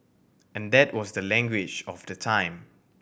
and that was the language of the time